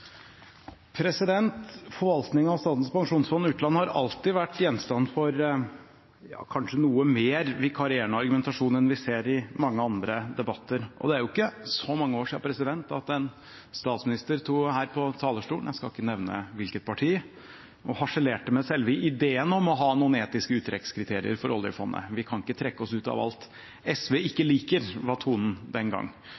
til. Forvaltningen av Statens pensjonsfond utland har alltid vært gjenstand for ja, kanskje noe mer vikarierende argumentasjon enn vi ser i mange andre debatter, og det er jo ikke så mange år siden at en statsminister – jeg skal ikke nevne fra hvilket parti – sto her på talerstolen og harselerte med selve ideen om å ha noen etiske uttrekkskriterier for oljefondet. Vi kan ikke trekke oss ut av alt SV